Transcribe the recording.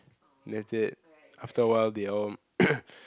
that's it after a while they all